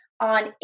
on